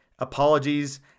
Apologies